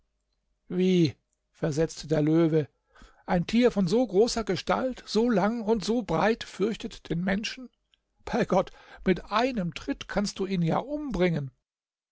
wie versetzte der löwe ein tier von so großer gestalt so lang und so breit fürchtet den menschen bei gott mit einem tritt kannst du ihn ja umbringen